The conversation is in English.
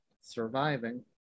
surviving